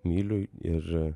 myliu ir